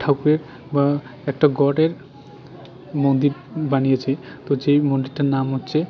ঠাকুরের বা একটা গডের মন্দির বানিয়েছে তো যেই মন্দিরটার নাম হচ্ছে